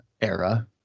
era